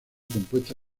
compuesta